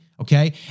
okay